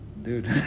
dude